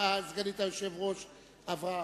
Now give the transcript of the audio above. סגנית היושב-ראש רוחמה אברהם.